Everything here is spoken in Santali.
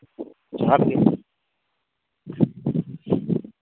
ᱡᱚᱸᱦᱟᱨ ᱜᱮ